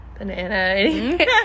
banana